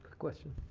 question.